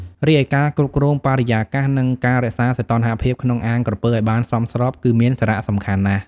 រីឯការគ្រប់គ្រងបរិយាកាស និងការរក្សាសីតុណ្ហភាពក្នុងអាងក្រពើឲ្យបានសមស្រប គឺមានសារៈសំខាន់ណាស់។